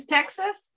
Texas